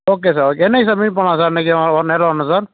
okay sir okay என்றைக்கி sir meet பண்ணலாம் sir இன்றைக்கி நேரில் வரணும் சார்